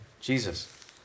Jesus